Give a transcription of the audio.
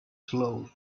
slowly